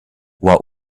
what